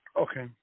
Okay